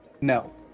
No